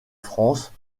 france